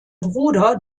bruder